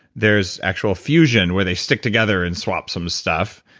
there's actual fusion, where they stick together and swap some stuff,